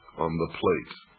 on the plate.